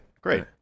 Great